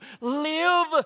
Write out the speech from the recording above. live